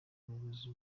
umuyobozi